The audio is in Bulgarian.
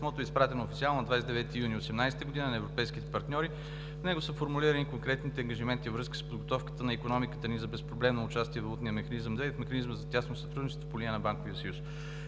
изпратено официално на 29 юни 2018 г. на европейските партньори и в него са формулирани конкретните ангажименти във връзка с подготовка на икономиката ни за безпроблемно участие във Валутния механизъм II и в механизма за тясно сътрудничество по линия на банковия съюз.